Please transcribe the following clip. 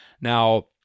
Now